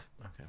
okay